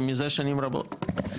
מזה שנים רבות.